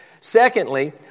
Secondly